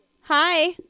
Hi